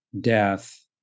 death